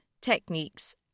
techniques